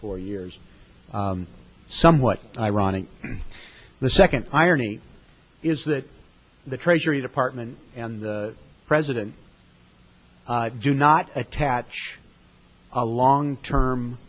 four years somewhat ironic the second irony is that the treasury department and the president do not attach a long term